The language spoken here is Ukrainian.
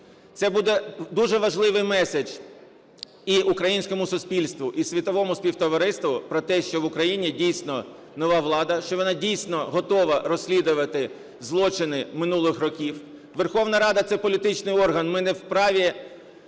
Це буде дуже важливий меседж і українському суспільству, і світовому співтовариству про те, що в Україні, дійсно, нова влада, що вона, дійсно, готова розслідувати злочини минулих років. Верховна Рада – це політичний орган, ми не вправі